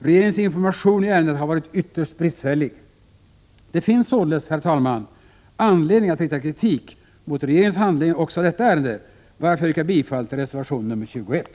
Regeringens information i ärendet har varit ytterst bristfällig. Det finns således, herr talman, anledning att rikta kritik mot regeringens handläggning också av detta ärende, varför jag yrkar bifall till reservation nr 21.